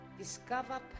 Discover